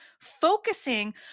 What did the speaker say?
focusing